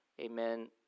amen